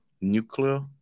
Nuclear